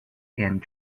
and